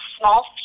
small